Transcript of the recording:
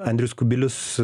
andrius kubilius